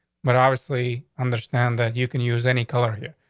but obviously understand that you can use any color here.